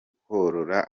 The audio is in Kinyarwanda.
korora